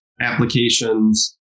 applications